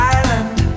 Island